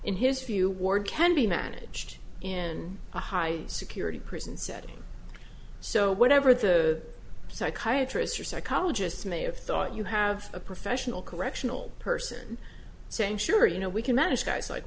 in his view ward can be managed in a high security prison setting so whatever the psychiatry is or psychologists may have thought you have a professional correctional person saying sure you know we can manage guys like